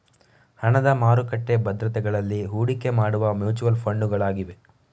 ಹಣದ ಮಾರುಕಟ್ಟೆ ಭದ್ರತೆಗಳಲ್ಲಿ ಹೂಡಿಕೆ ಮಾಡುವ ಮ್ಯೂಚುಯಲ್ ಫಂಡುಗಳಾಗಿವೆ